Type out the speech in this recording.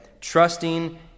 trusting